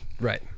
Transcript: right